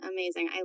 Amazing